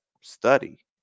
study